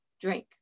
drink